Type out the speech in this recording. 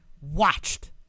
watched